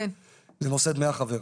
בנושא דמי החבר,